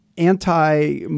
Anti